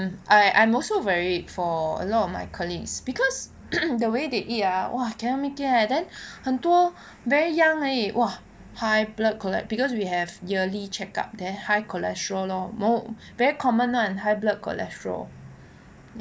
I I'm also worried for a lot of my colleagues because the way they eat ah !wah! cannot make it eh then 很多 very young 而已 !wah! high blood chole~ because we have yearly check up then high cholesterol lor mo~ very common [one] high blood cholesterol